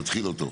נתחיל אותו.